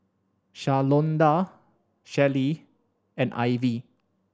Shalonda Shelli and Ivie